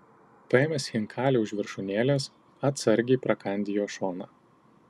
paėmęs chinkalį už viršūnėlės atsargiai prakandi jo šoną